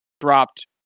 dropped